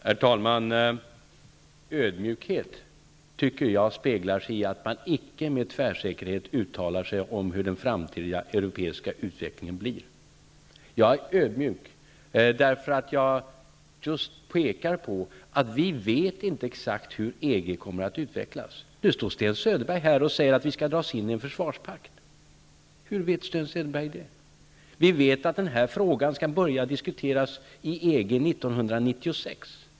Herr talman! Jag tycker att ödmjukhet speglar sig i att man icke med tvärsäkerhet uttalar sig om den framtida europeiska utvecklingen. Jag är ödmjuk så till vida att jag pekar på att vi inte vet exakt hur EG kommer att utvecklas. Nu står Sten Söderberg här och säger att Sverige skall dras in i en försvarspakt. Hur vet Sten Söderberg det? Vi vet att frågan skall börja diskuteras inom EG 1996.